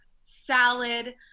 salad